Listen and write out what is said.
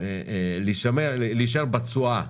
להישאר בתשואה